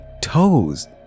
toes